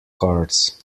cards